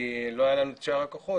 כי לא היה לנו את שאר הכוחות,